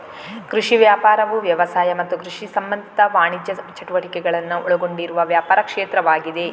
ಕೃಷಿ ವ್ಯಾಪಾರವು ವ್ಯವಸಾಯ ಮತ್ತು ಕೃಷಿ ಸಂಬಂಧಿತ ವಾಣಿಜ್ಯ ಚಟುವಟಿಕೆಗಳನ್ನ ಒಳಗೊಂಡಿರುವ ವ್ಯಾಪಾರ ಕ್ಷೇತ್ರವಾಗಿದೆ